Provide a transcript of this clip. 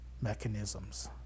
mechanisms